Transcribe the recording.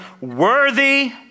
worthy